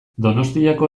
donostiako